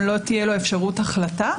לא תהיה לו אפשרות החלטה,